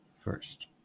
first